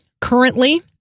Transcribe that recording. currently